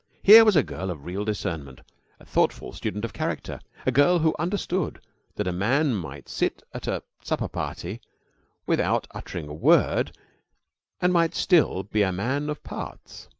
here was a girl of real discernment a thoughtful student of character a girl who understood that a man might sit at a supper-party without uttering a word and might still be a man of parts.